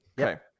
Okay